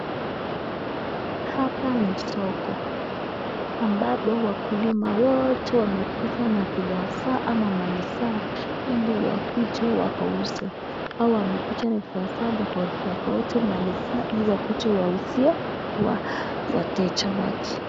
Hapa ni soko, ambapo wakulima wote wamekuja na bidhaa zao ama mali zao. ili wakuje wakauze, hawa wamekuja na bidhaa tofauti tofauti mali zao ili wakuje wauzie wateja wake.